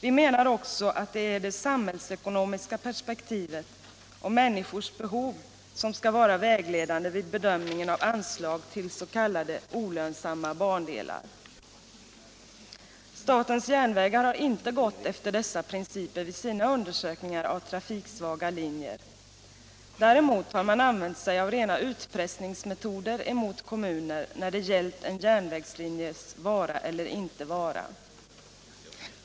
Vi menar också att det är det samhällsekonomiska perspektivet och människors behov som skall vara vägledande vid bedömningen av anslag till s.k. olönsamma bandelar. Statens järnvägar har inte gått efter dessa principer vid sina undersökningar av trafiksvaga linjer. Däremot har man använt sig av rena utpressningsmetoder mot kommuner när det gällt en järnvägslinjes vara eller inte vara.